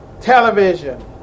television